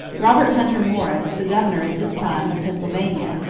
robert hunter morris, the governor at this time of pennsylvania,